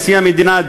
נשיא המדינה,